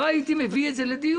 אז לא הייתי מביא את זה לדיון.